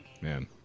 Man